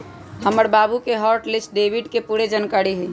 हमर बाबु के हॉट लिस्ट डेबिट के पूरे जनकारी हइ